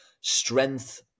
strength